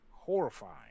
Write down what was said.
horrifying